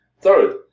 Third